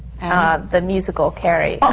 ah the musical carrie.